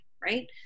right